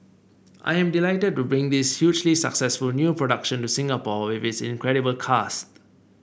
I am delighted to bring this hugely successful new production to Singapore with this incredible cast